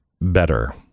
better